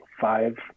five